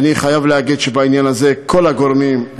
אני חייב להגיד שבעניין הזה כל הגורמים,